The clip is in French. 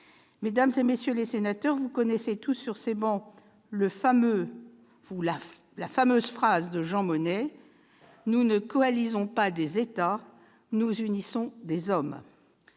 Mesdames, messieurs les sénateurs, vous connaissez tous la fameuse phrase de Jean Monnet :« Nous ne coalisons pas des États, nous unissons des hommes.